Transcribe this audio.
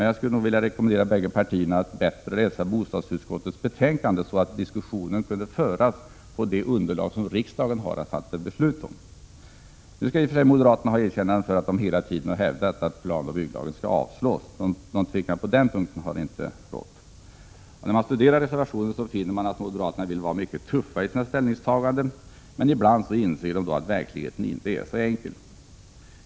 Jag vill därför rekommendera båda partierna att bättre läsa bostadsutskottets betänkande, så att diskussionen kan föras på det underlag som skall utgöra grunden för riksdagens beslut. Moderaterna skall ha det erkännandet att de hela tiden har hävdat att planoch bygglagen skall avslås. Någon tvekan på den punkten har det inte rått. När man studerar reservationen finner man att moderaterna vill vara mycket tuffa i sina ställningstaganden, men ibland inser de att verkligheten inte är så enkel.